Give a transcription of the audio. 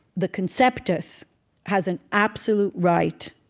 the conceptus has an absolute right